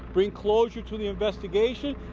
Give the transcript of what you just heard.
bring closure to the investigation,